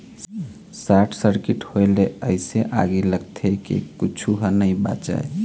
short circuit होए ले अइसे आगी लगथे के कुछू ह नइ बाचय